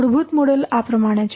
મૂળભૂત મોડેલ આ પ્રમાણે છે